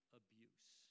abuse